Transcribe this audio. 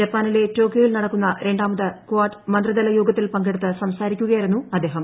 ജപ്പാനിലെ ടോക്യോയിൽ നടക്കുന്ന രണ്ടാമത് കാഡ് മന്ത്രിതല യോഗത്തിൽ പങ്കെടുത്ത് സംസാരിക്കുകയായിരുന്നു അദ്ദേഹം